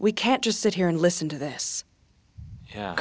we can't just sit here and listen to this